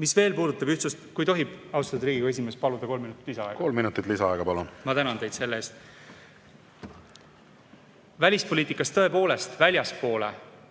Mis veel puudutab ühtsust … Kui tohib, austatud Riigikogu esimees, palun kolm minutit lisaaega. Kolm minutit lisaaega, palun! Ma tänan teid selle eest! Välispoliitikas tõepoolest väljapoole